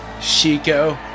Chico